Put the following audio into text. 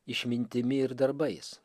išmintimi ir darbais